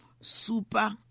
super